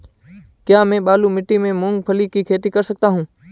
क्या मैं बालू मिट्टी में मूंगफली की खेती कर सकता हूँ?